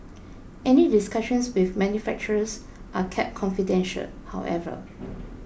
any discussions with manufacturers are kept confidential however